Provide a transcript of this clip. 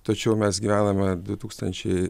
tačiau mes gyvename du tūkstančiai